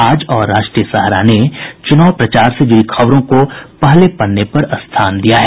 आज और राष्ट्रीय सहारा ने चुनाव प्रचार से जुड़ी खबरों को पहले पन्ने पर स्थान दिया है